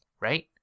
right